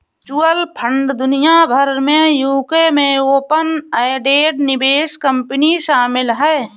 mutual fund दुनिया भर में यूके में ओपन एंडेड निवेश कंपनी शामिल हैं